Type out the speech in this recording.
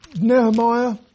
Nehemiah